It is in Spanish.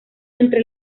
entre